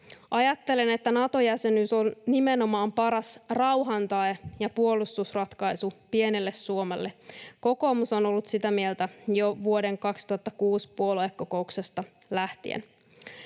Ajattelen, että Nato-jäsenyys on nimenomaan paras rauhan tae ja puolustusratkaisu pienelle Suomelle. Kokoomus on ollut sitä mieltä jo vuoden 2006 puoluekokouksesta lähtien.